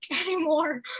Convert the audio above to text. anymore